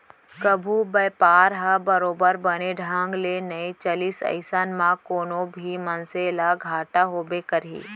कभू बयपार ह बरोबर बने ढंग ले नइ चलिस अइसन म कोनो भी मनसे ल घाटा होबे करही